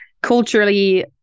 culturally